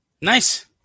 nice